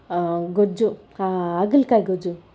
ಗೊಜ್ಜು ಹಾಲಕಾಯಿ ಗೊಜ್ಜು